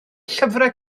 llyfrau